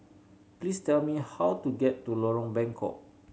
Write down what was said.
please tell me how to get to Lorong Bengkok